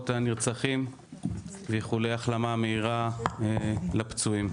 הנרצחים ואיחולי החלמה מהירה לפצועים.